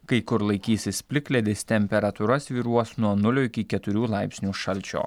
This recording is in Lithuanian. kai kur laikysis plikledis temperatūra svyruos nuo nulio iki keturių laipsnių šalčio